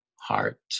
heart